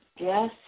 Yes